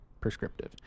prescriptive